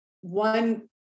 one